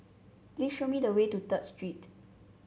please show me the way to Third Street